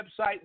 website